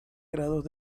grados